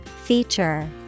Feature